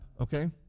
okay